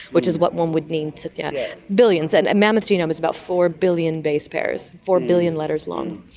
which is what one would need to get, billions, and a mammoth genome is about four billion base pairs, four billion letters long.